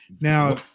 Now